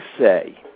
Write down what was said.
say